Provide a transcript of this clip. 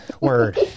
word